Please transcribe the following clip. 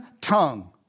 tongue